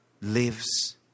lives